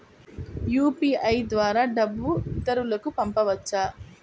UPI ద్వారా డబ్బు ఇతరులకు పంపవచ్చ?